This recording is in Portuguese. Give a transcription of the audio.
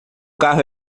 carro